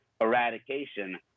eradication